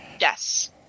Yes